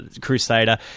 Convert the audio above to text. crusader